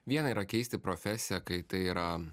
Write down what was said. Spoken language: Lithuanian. viena yra keisti profesiją kai tai yra